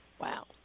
Wow